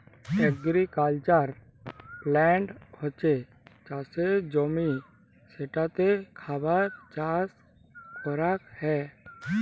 agricultural land হছ্যে চাসের জমি যেটাতে খাবার চাস করাক হ্যয়